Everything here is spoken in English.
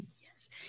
Yes